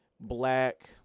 Black